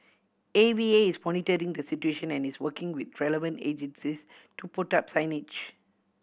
A V A is monitoring the situation and is working with relevant agencies to put up signage